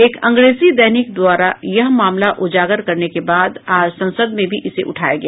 एक अंग्रेजी दैनिक द्वारा यह मामला उजागर करने के बाद आज संसद में भी इसे उठाया गया